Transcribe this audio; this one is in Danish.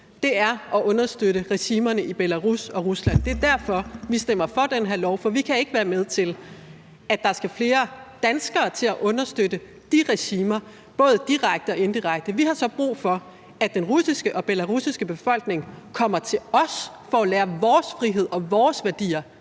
er at understøtte regimerne i Belarus og Rusland. Det er derfor, vi stemmer for det her lovforslag, for vi kan ikke være med til, at flere danskere skal understøtte de regimer både direkte og indirekte. Vi har så brug for, at den russiske og belarussiske befolkning kommer til os for at lære vores frihed og vores værdier